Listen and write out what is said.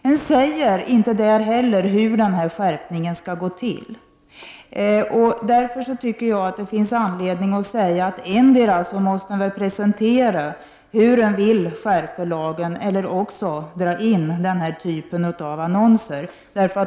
Det sägs inte heller i denna annons på vilket sätt lagen skall skärpas. Därför anser jag att det finns anledning att säga att centerpartiet antingen måste presentera hur man vill skärpa lagen eller också dra in denna typ av annonser.